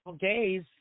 days